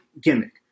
gimmick